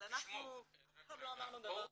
אבל אף אחד לא אמר דבר כזה.